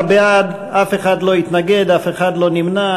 15 בעד, אף אחד לא התנגד, אף אחד לא נמנע.